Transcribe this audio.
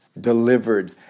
delivered